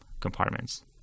compartments